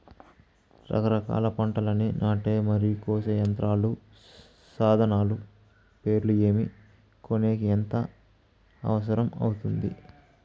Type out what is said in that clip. రకరకాల పంటలని నాటే మరియు కోసే యంత్రాలు, సాధనాలు పేర్లు ఏమి, కొనేకి ఎంత అవసరం అవుతుంది?